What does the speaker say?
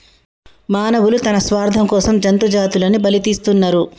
మానవులు తన స్వార్థం కోసం జంతు జాతులని బలితీస్తున్నరు